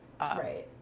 Right